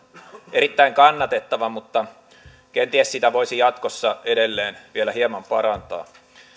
erittäin kannatettava mutta kenties sitä voisi jatkossa edelleen vielä hieman parantaa